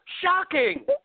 Shocking